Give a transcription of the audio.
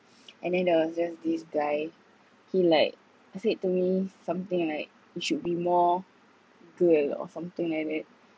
and then there was just this guy he like said to me something like you should be more girl or something like that